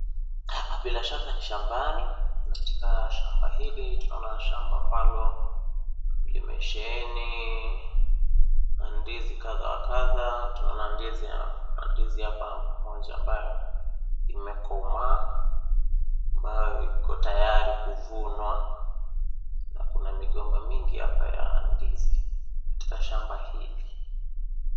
Hapa bila shaka ni shambani katika shamba hili tunaona shamba ambalo limesheheni mandizi kadha wa kadha tunaona ndizi hapa ambayo imekomaa ambayo iko tayari kuvunwa na Kuna migomba mingi ya ndizi katika shamba hili.